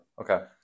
Okay